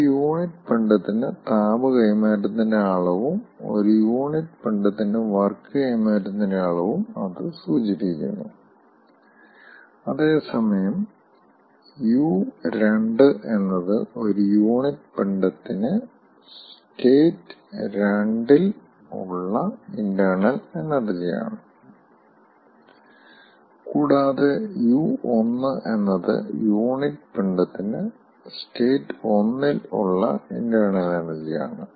ഒരു യൂണിറ്റ് പിണ്ഡത്തിന് താപ കൈമാറ്റത്തിന്റെ അളവും ഒരു യൂണിറ്റ് പിണ്ഡത്തിന് വർക്ക് കൈമാറ്റത്തിന്റെ അളവും അത് സൂചിപ്പിക്കുന്നു അതേസമയം u2 എന്നത് ഒരു യൂണിറ്റ് പിണ്ഡത്തിന് സ്റ്റേറ്റ് 2 വിൽ ഉള്ള ഇൻ്റേണൽ എനർജി ആണ് കൂടാതെ u1 എന്നത് യൂണിറ്റ് പിണ്ടത്തിന് സ്റ്റേറ്റ് 1 ഇൽ ഉള്ള ഇൻ്റേണൽ എനർജി ആണ്